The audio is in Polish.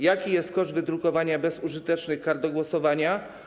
Jaki jest koszt wydrukowania bezużytecznych kart do głosowania?